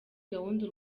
gahunda